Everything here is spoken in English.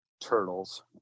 turtles